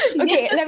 Okay